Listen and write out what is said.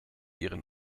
ihren